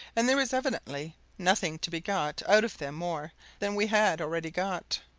and there was evidently nothing to be got out of them more than we had already got.